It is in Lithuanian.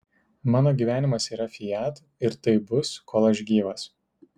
mano gyvenimas yra fiat ir taip bus kol aš gyvas